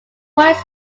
points